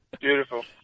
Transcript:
Beautiful